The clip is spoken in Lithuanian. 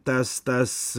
tas tas